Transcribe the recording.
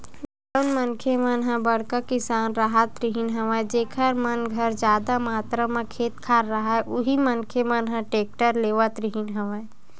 जउन मनखे मन ह बड़का किसान राहत रिहिन हवय जेखर मन घर जादा मातरा म खेत खार राहय उही मनखे मन ह टेक्टर लेवत रिहिन हवय